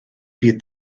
fydd